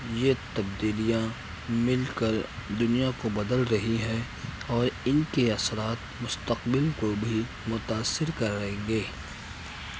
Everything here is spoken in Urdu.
یہ تبدیلیاں مل کر دنیا کو بدل رہی ہیں اور ان کے اثرات مستقبل کو بھی متأثر کریں گے